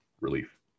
relief